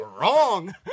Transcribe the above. wrong